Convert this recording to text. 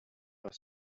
your